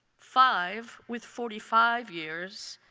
five with forty five years,